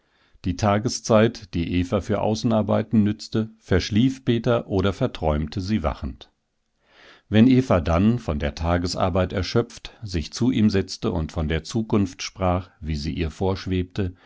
die tageszeit die eva für außenarbeiten nützte verschlief peter oder verträumte sie wachend wenn eva dann von der tagesarbeit erschöpft sich zu ihm setzte und von der zukunft sprach wie sie ihr vorschwebte